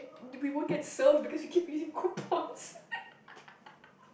we won't get served because we keep using coupons